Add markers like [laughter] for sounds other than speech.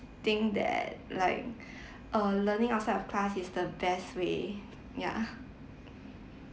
think that like [breath] uh learning outside of class is the best way ya [laughs]